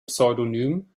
pseudonym